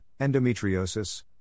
endometriosis